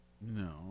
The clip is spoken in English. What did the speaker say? No